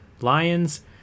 Lions